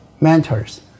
mentors